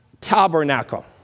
tabernacle